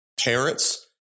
parents